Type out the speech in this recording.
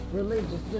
religious